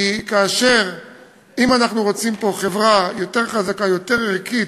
כי אם אנחנו רוצים פה חברה יותר חזקה, יותר ערכית,